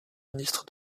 ministre